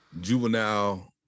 juvenile